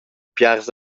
piars